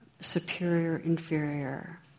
superior-inferior